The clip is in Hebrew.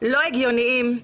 לא הגיוניים,